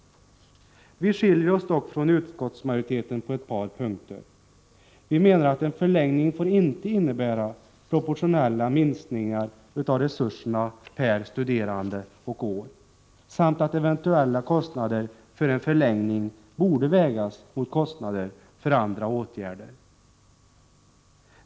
Vi skiljer oss dock från utskottsmajoriteten på ett par punkter. Vi menar att en förlängning inte får innebära proportionella minskningar av resurserna per studerande och år. Vi menar också att eventuella kostnader för en förlängning borde vägas mot kostnader för andra åtgärder.